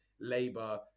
Labour